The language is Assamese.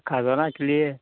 খাজানা ক্লিয়াৰ